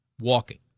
walking